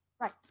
right